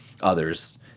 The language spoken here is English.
others